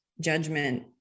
judgment